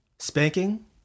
spanking